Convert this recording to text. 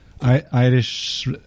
Irish